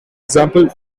example